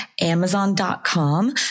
amazon.com